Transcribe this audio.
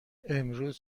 امروز